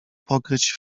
pokryć